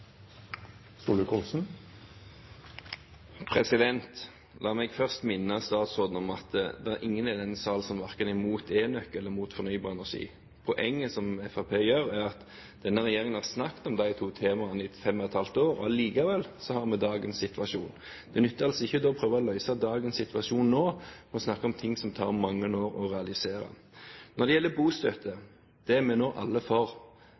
er noen i denne salen som er imot verken enøk eller fornybar energi. Poenget som Fremskrittspartiet gjør er at denne regjeringen har snakket om de to temaene i fem og et halvt år. Likevel har vi dagens situasjon. Det nytter ikke å prøve å løse dagens situasjon nå med å snakke om mange ting som tar mange år å realisere. Når det gjelder bostøtte, er vi nå alle for